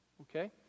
Okay